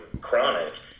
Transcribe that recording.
chronic